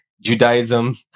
Judaism